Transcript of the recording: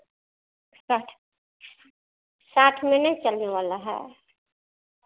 साठ साठ में नहीं चलने वाला है